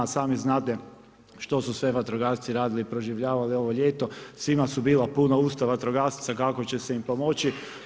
A sami znate što su sve vatrogasci radili i proživljavali ovo ljeto, svima su bila puna usta vatrogasaca kako će im se pomoći.